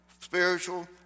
spiritual